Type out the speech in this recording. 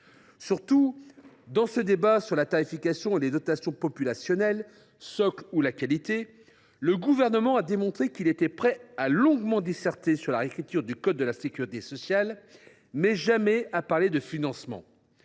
Surtout, dans ce débat sur la tarification et les dotations – populationnelles, socles ou à la qualité –, le Gouvernement a démontré qu’il était prêt à longuement disserter sur la réécriture du code de la sécurité sociale, mais jamais à parler de financement…